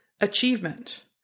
achievement